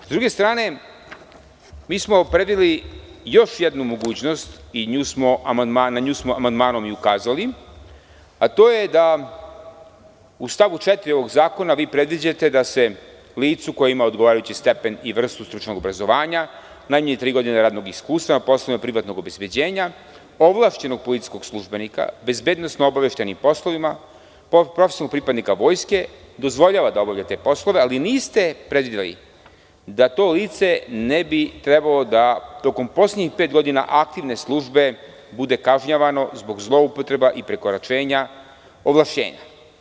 S druge strane, mi smo predvideli još jednu mogućnost i na nju smo amandmanom i ukazali, a to je da u stavu 4. ovog zakona predviđate da se licu koje ima odgovarajući stepen i vrstu stručnog obrazovanja, najmanje tri godine radnog iskustva na poslovima privatnog obezbeđenja, ovlašćenog policijskog službenika na bezbednosno-obaveštajnim poslovima, profesionalnog pripadnika Vojske, dozvoljava da obavlja te poslove, ali niste predvideli da to lice ne bi trebalo da, tokom poslednjih pet godina aktivne službe, bude kažnjavano zbog zloupotreba i prekoračenja ovlašćenja.